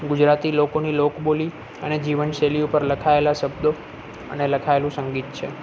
ગુજરાતી લોકોની લોક બોલી અને જીવન શૈલી ઉપર લખાએલા શબ્દો અને લખાએલું સંગીત છે